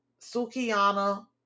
Sukiana